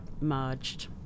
merged